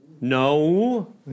No